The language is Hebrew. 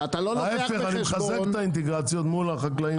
ההיפך, אני מחזק את האינטגרציות מול החקלאים.